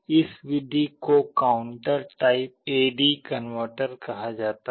इस विधि को counter type A D converter कहा जाता है